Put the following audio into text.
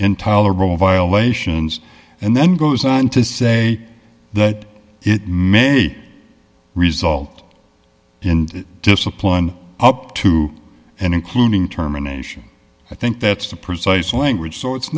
intolerable violations and then goes on to say that it may result and discipline up to and including terminations i think that's the precise language so it's